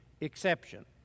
exception